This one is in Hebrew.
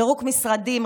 פירוק משרדים,